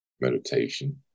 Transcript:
meditation